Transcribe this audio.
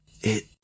It—